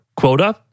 quota